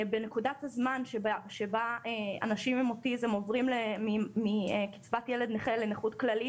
בנקודת הזמן שבה אנשים עם אוטיזם עוברים מקצבת ילד נכה לנכות כללית,